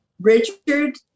Richard